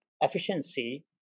efficiency